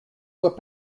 vois